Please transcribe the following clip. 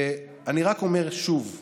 ואני רק אומר שוב: